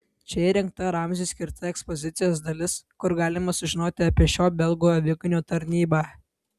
čia įrengta ramziui skirta ekspozicijos dalis kur galima sužinoti apie šio belgų aviganio tarnybą